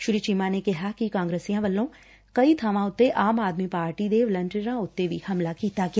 ਸ੍ਰੀ ਚੀਮਾ ਨੇ ਕਿਹਾ ਕਿ ਕਾਂਗਰਸੀਆਂ ਵਲੋਂ ਕਈ ਬਾਵਾਂ ਤੇ ਆਮ ਆਦਮੀ ਪਾਰਟੀ ਦੇ ਵਲੰਟੀਅਰਾਂ ਉਂਤੇ ਹਮਲਾ ਕੀਤਾ ਗਿਆ